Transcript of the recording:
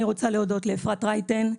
אני רוצה להודות לאפרת רייטן,